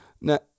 Now